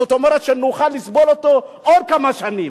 זאת אומרת, שנוכל לסבול אותו עוד כמה שנים.